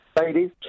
Ladies